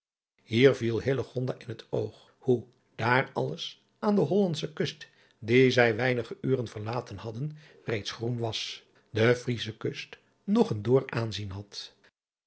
ier viel in het oog hoe daar alles aan de ollandsche ust die zij weinige uren verlaten hadden reeds groen was de riesche ust nog een dor aanzien had